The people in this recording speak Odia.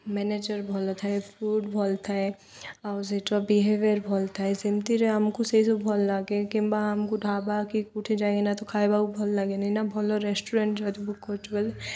ମ୍ୟାନେଜର୍ ଭଲ ଥାଏ ଫୁଡ଼୍ ଭଲ ଥାଏ ଆଉ ସେଇଟା ବିହେଭିିୟର୍ ଭଲ ଥାଏ ସେମିତିରେ ଆମକୁ ସେହିସବୁ ଭଲ ଲାଗେ କିମ୍ବା ଆମକୁ ଢାବା କି କେଉଁଠି ଯାଇକିନା ତ ଖାଇବାକୁ ଭଲ ଲାଗେନି ନା ଭଲ ରେଷ୍ଟୁରାଣ୍ଟ ଯେହେତି ବୁକ୍ କରୁ ବୋଲି